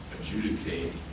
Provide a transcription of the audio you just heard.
adjudicate